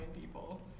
people